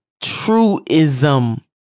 truism